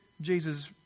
Jesus